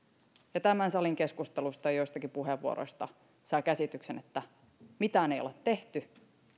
ja tämän salin keskusteluista joistakin puheenvuoroista saa käsityksen että mitään ei olla tehty